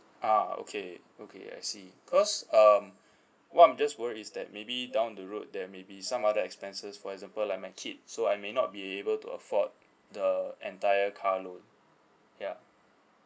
ah okay okay I see cause um what I'm just worry is that maybe down the road there may be some other expenses for example like my kids so I may not be able to afford the entire car loan ya